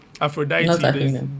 Aphrodite